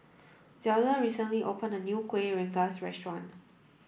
Zelda recently opened a new Kuih Rengas restaurant